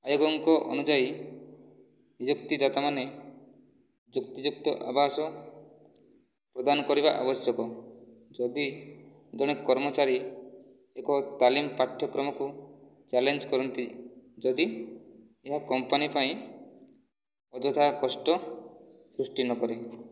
ଆୟୋଗଙ୍କ ଅନୁଯାୟୀ ନିଯୁକ୍ତିଦାତା ମାନେ ଯୁକ୍ତି ଯୁକ୍ତ ଆଭାସ ପ୍ରଦାନ କରିବା ଆବଶ୍ୟକ ଯଦି ଜଣେ କର୍ମଚାରୀ ଏକ ତାଲିମ ପାଠ୍ୟକ୍ରମକୁ ଚ୍ୟାଲେଞ୍ଜ କରନ୍ତି ଯଦି ଏହା କମ୍ପାନୀ ପାଇଁ ଅଯଥା କଷ୍ଟ ସୃଷ୍ଟି ନ କରେ